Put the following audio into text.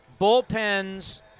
bullpens